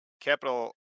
capital